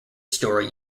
story